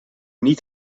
niet